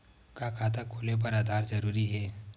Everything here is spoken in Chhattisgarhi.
का खाता खोले बर आधार जरूरी हे?